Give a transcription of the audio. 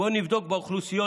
בואו נבדוק באוכלוסיות,